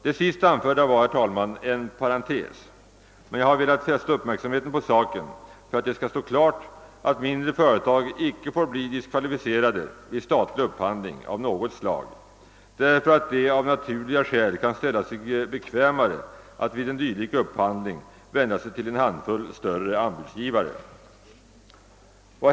Det sist anförda var, herr talman, en parentes, men jag har velat fästa uppmärksambheten på saken för att det skall stå klart att mindre företag icke får bli diskvalificerade vid statlig upphandling av vad slag det vara må, därför att det av naturliga skäl kan ställa sig bekvämare att vid en dylik upphandling vända sig till en handfull större anbudsgivare.